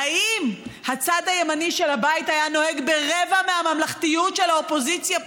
האם הצד הימני של הבית היה נוהג ברבע מהממלכתיות של האופוזיציה פה?